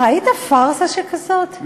הראית פארסה שכזאת?